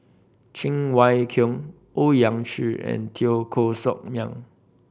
Cheng Wai Keung Owyang Chi and Teo Koh Sock Miang